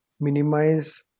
minimize